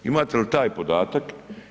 Imate li taj podatak?